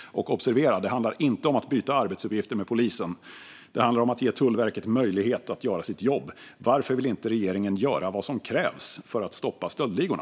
Observera att det inte handlar om att byta arbetsuppgifter med polisen! Det handlar om att ge Tullverket möjlighet att göra sitt jobb. Varför vill inte regeringen göra vad som krävs för att stoppa stöldligorna?